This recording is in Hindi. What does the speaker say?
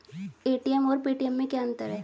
ए.टी.एम और पेटीएम में क्या अंतर है?